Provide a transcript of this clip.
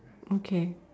okay